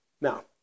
Now